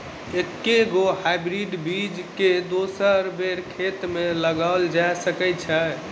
एके गो हाइब्रिड बीज केँ दोसर बेर खेत मे लगैल जा सकय छै?